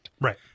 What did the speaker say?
right